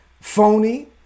phony